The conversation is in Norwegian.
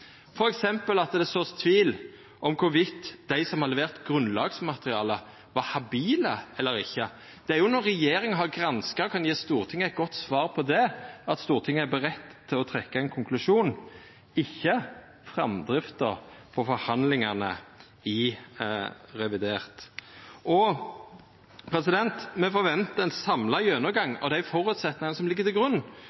at det vert sådd tvil om dei som leverte materialet til grunnlaget, var habile eller ikkje. Det er når regjeringa har granska og kan gje Stortinget eit godt svar på det, at Stortinget er klar til å trekkja ein konklusjon. Det er ikkje framdrifta til forhandlingane i revidert som skal avgjera det. Me forventar ein samla gjennomgang